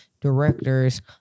directors